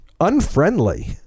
unfriendly